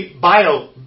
bio